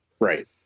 Right